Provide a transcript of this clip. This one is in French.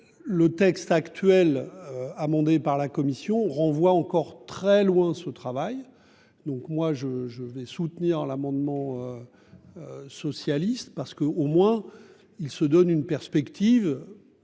Le texte actuel. Amendé par la commission renvoie encore très loin ce travail. Donc moi je, je vais soutenir l'amendement. Socialiste parce que au moins il se donne une perspective.